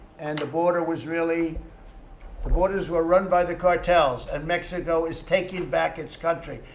and the border was really the borders were run by the cartels. and mexico is taking back its country.